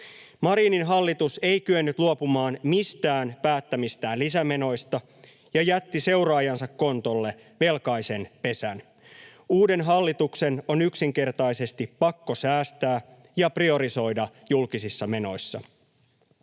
Marinin hallitus ei kyennyt luopumaan mistään päättämistään lisämenoista ja jätti seuraajansa kontolle velkaisen pesän. Uuden hallituksen on yksinkertaisesti pakko säästää ja priorisoida julkisissa menoissa.